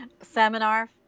Seminar